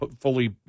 fully